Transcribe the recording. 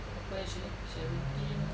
apa eh actually seventeen